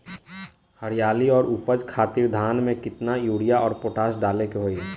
हरियाली और उपज खातिर धान में केतना यूरिया और पोटाश डाले के होई?